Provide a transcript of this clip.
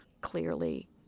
clearly